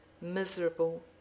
miserable